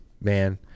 man